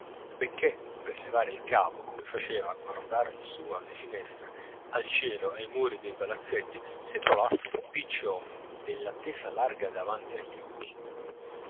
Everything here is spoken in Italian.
benchè per levare il capo come faceva a guardar in su alle finestre al cielo ai muri dei palazzetti si trovasse l'impiccio della tesa larga davanti agli occhi